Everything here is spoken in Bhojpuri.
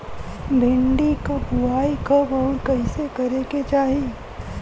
भिंडी क बुआई कब अउर कइसे करे के चाही?